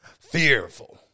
fearful